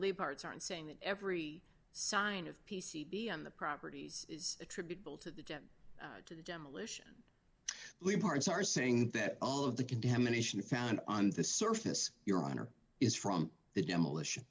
parts aren't saying that every sign of p c b on the properties is attributable to the gem to the demolition parts are saying that all of the contamination found on the surface your honor is from the demolition